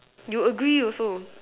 you agree also